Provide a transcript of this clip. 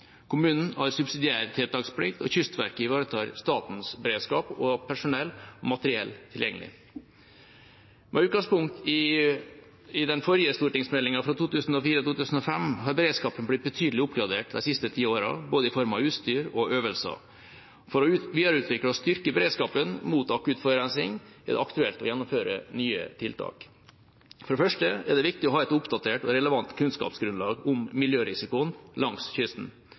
Kommunen har subsidiær tiltaksplikt, og Kystverket ivaretar statens beredskap og har personell og materiell tilgjengelig. Med utgangspunkt i den forrige stortingsmeldinga, fra 2004–2005, har beredskapen blitt betydelig oppgradert de siste ti årene, i form av både utstyr og øvelser. For å videreutvikle og styrke beredskapen mot akutt forurensning er det aktuelt å gjennomføre nye tiltak: For det første er det viktig å ha et oppdatert og relevant kunnskapsgrunnlag om miljørisikoen langs kysten.